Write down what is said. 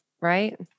Right